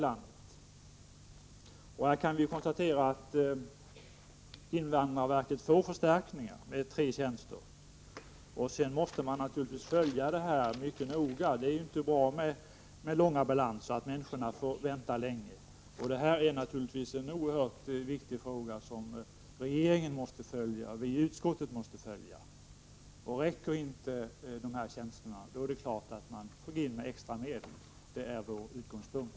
Man kan konstatera att invandrarverket nu får en förstärkning med tre tjänster. Sedan måste detta naturligtvis följas mycket noga. Det är inte bra med stora balanser och att människor får vänta länge. Detta är naturligtvis en oerhört viktig fråga, som både regeringen och utskottet måste följa. Räcker inte dessa tjänster, är det klart att vi får gå in med extra medel — det är vår utgångspunkt.